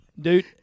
Dude